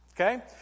Okay